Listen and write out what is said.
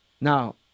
Now